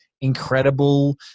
incredible